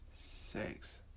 six